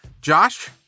Josh